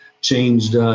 changed